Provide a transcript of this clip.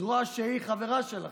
זרוע שהיא חברה שלכם.